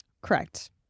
Correct